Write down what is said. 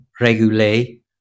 regulate